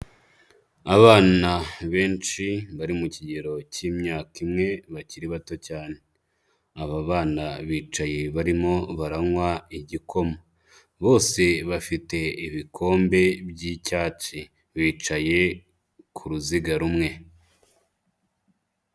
Abana benshi bari mu kigero k'imyaka imwe bakiri bato cyane, aba bana bicaye barimo baranywa igikoma, bose bafite ibikombe by'icyatsi, bicaye ku ruziga rumwe.